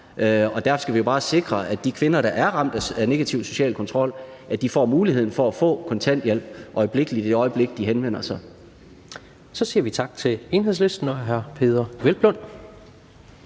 Derfor skal vi jo bare sikre, at de kvinder, der er ramt af negativ social kontrol, får muligheden for at få kontanthjælp i det øjeblik, de henvender sig. Kl. 15:51 Tredje næstformand (Jens